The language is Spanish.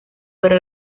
pero